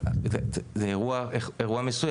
זה אירוע מסוים.